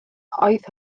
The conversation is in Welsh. oedd